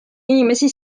inimesi